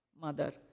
mother